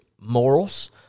morals